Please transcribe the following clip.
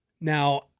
Now